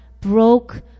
broke